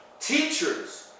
Teachers